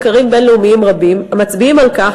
מחקרים בין-לאומיים רבים המצביעים על כך